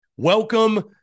Welcome